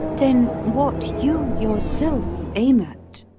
then what you yourself aim at,